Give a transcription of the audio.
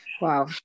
Wow